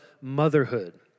motherhood